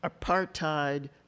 apartheid